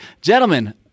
Gentlemen